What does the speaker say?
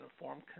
informed